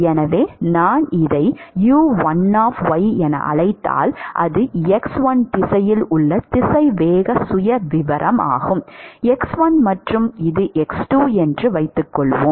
எனவே நான் இதை u1 என அழைத்தால் அது x1 திசையில் உள்ள திசைவேக சுயவிவரமாகும் x1 மற்றும் இது x2 என்று வைத்துக்கொள்வோம்